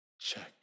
Check